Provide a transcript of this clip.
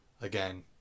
again